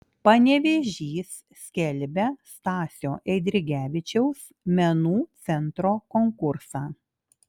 panevėžys skelbia stasio eidrigevičiaus menų centro konkursą